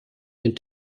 den